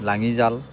লাঙি জাল